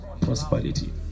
prosperity